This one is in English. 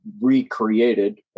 recreated